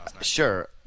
Sure